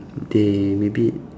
they maybe